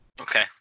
Okay